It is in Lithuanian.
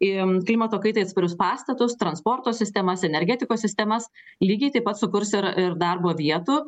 į klimato kaitai atsparius pastatus transporto sistemas energetikos sistemas lygiai taip pat sukurs ir ir darbo vietų